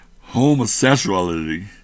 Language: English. homosexuality